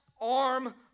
arm